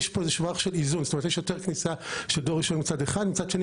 יש יותר כניסה של דור ראשון מצד אחד ומצד שני